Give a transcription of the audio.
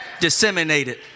Disseminated